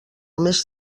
més